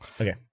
Okay